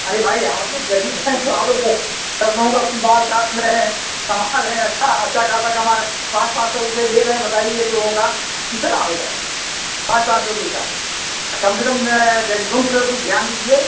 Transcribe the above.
अरे भाई आप लोग गरीब हैं तो आप लोगों का बाल काट रहे हैं लोगों का उसमें बार काट रहे हैं कमा रहे हैं अच्छा अच्छा खासा कमा रहें पाँच पाँच सौ रुपये ले रहे हैं बताइए एक लोगों का कितना हो जाएगा पाँच पाँच सौ के हिसाब से तो कम से कम गरीबों की तरफ कुछ ध्यान दीजिए